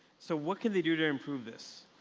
so what can they do to improve this?